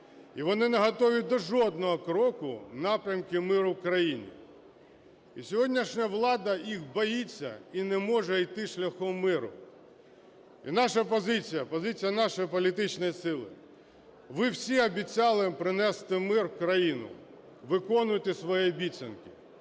І вони не готові до жодного кроку в напрямку миру в країні. І сьогоднішня влада їх боїться і не може йти шляхом миру. І наша позиція, позиція нашої політичної сили – ви всі обіцяли принести мир в країну – виконуйте свої обіцянки.